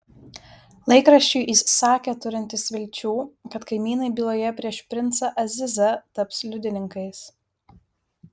laikraščiui jis sakė turintis vilčių kad kaimynai byloje prieš princą azizą taps liudininkais